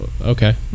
Okay